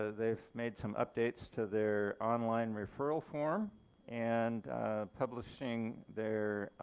ah they've made some updates to their online referral form and publishing their